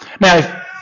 Now